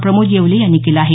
प्रमोद येवले यांनी केलं आहे